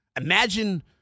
imagine